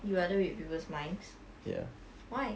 you rather read people's minds why